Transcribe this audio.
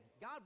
God